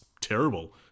terrible